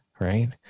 right